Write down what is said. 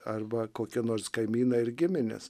arba kokia nors kaimyną ir gimines